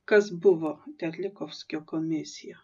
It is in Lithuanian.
kas buvo terlikovskio komisija